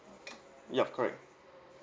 yup correct